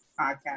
podcast